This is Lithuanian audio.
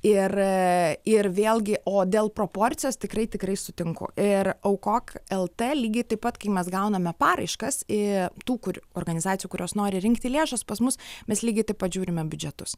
ir ir vėlgi o dėl proporcijos tikrai tikrai sutinku ir aukok lt lygiai taip pat kai mes gauname paraiškas i tų organizacijų kurios nori rinkti lėšas pas mus mes lygiai taip pat žiūrime biudžetus